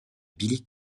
billy